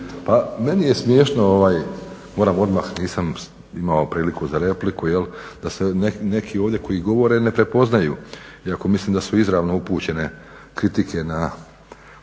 Pa meni je smiješno ovaj, moram odmah nisam imao priliku za repliku jel da se neki ovdje koji govore ne prepoznaju iako mislim da su izravno upućene kritike za